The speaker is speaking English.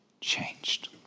changed